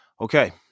okay